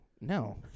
No